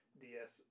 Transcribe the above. ds